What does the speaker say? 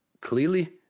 clearly